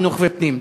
חינוך ופנים.